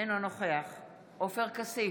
אינו נוכח עופר כסיף,